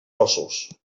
ossos